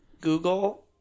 Google